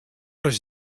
ris